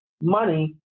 money